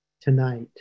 tonight